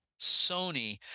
Sony